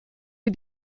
wie